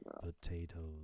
Potatoes